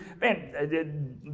Man